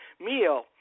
meal